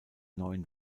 neuen